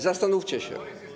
Zastanówcie się.